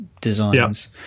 designs